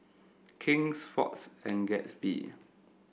King's Fox and Gatsby